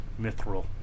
Mithril